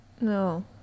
No